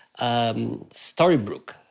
Storybrooke